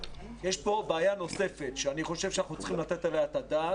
יש פה בעיה נוספת שאני חושב שאנחנו צריכים לתת עליה את הדעת.